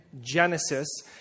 Genesis